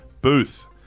booth